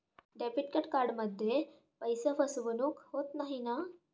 Debit कार्डमध्ये पैसे फसवणूक होत नाही ना?